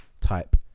type